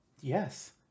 Yes